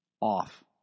off